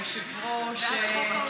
היושב-ראש,